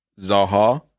Zaha